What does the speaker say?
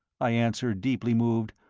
i answered, deeply moved,